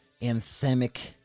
anthemic